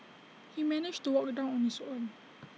he managed to walk down on his own